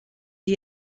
die